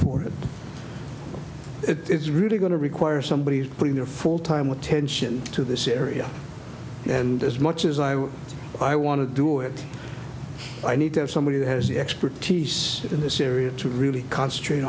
for it it's really going to require somebody putting their full time with attention to this area and as much as i would i want to do it i need to have somebody who has the expertise in this area to really concentrate